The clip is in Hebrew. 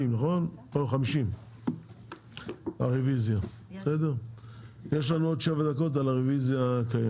15:50. יש לנו עוד 7 דקות על הרביזיה הקודמת.